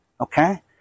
Okay